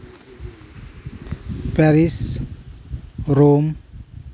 Paris Rome